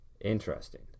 Interesting